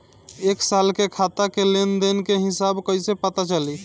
एक साल के खाता के लेन देन के हिसाब कइसे पता चली?